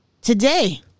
today